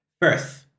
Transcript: Birth